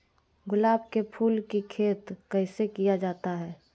गुलाब के फूल की खेत कैसे किया जाता है?